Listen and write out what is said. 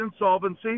insolvency